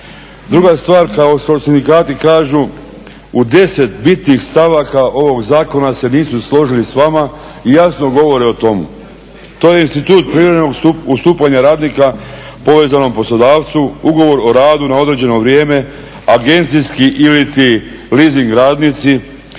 Druga stvar, kao što sindikati kažu u 10 bitnih stavaka ovog zakona se nisu složili s vama i jasno govore o tome. To je institut privremenog ustupanja radnika povezanom poslodavcu, ugovor o radu na određeno vrijeme, agencijski iliti leasing radnici,